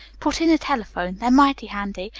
put in a telephone they're mighty handy,